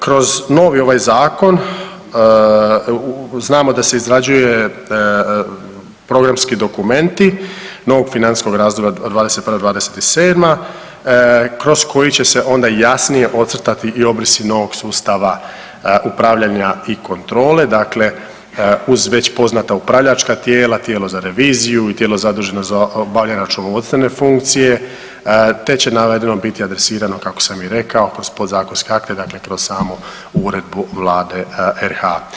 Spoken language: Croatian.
Kroz novi ovaj Zakon znamo da se izrađuju programski dokumenti novog financijskog razdoblja 21. – 27. kroz koji će se onda jasnije ocrtati i obrisi novog sustava upravljanja i kontrole dakle, uz već poznata upravljačka tijela, tijelo za reviziju, tijelo zaduženo za obavljanje računovodstvene funkcije te će navedeno biti adresirano kako sam i rekao kroz podzakonske akte dakle, kroz samu uredbu Vlade RH.